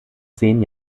zehn